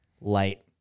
light